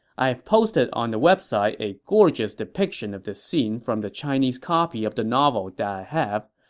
i have posted on the website a gorgeous depiction of this scene from the chinese copy of the novel that i have.